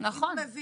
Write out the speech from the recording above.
להביא